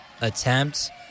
attempt